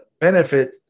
benefit